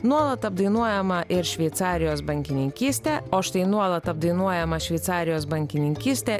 nuolat apdainuojama ir šveicarijos bankininkystė o štai nuolat apdainuojama šveicarijos bankininkystė